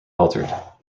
altered